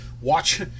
Watch